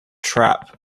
trap